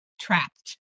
trapped